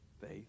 faith